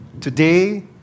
today